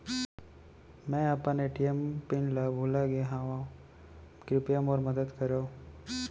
मै अपन ATM PIN ला भूलागे हव, कृपया मोर मदद करव